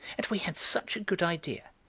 and we had such a good idea.